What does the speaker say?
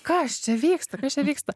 kas čia vyksta kas čia vyksta